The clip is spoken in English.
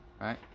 right